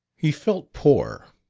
he felt poor,